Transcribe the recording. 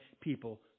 people